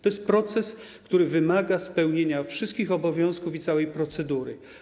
To jest proces, który wymaga spełnienia wszystkich obowiązków i całej procedury.